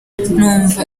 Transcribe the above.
numva